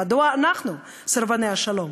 מדוע אנחנו סרבני השלום,